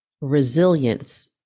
resilience